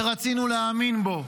ורצינו להאמין בו.